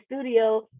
studio